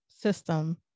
system